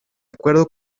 acuerdo